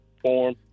form